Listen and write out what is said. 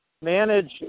manage